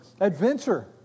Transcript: adventure